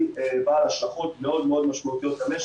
ויכולת השיקום שלנו היא מאוד מאוד בעייתית.